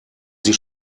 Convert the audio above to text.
sie